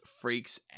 freaks